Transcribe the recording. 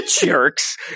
jerks